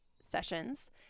sessions